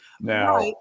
Now